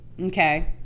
okay